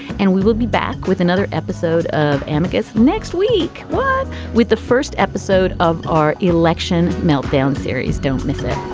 and we will be back with another episode of amicus next week with the first episode of our election meltdown series. don't miss it